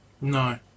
No